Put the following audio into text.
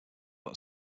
but